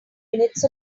minutes